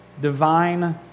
divine